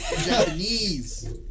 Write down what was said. Japanese